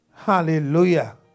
Hallelujah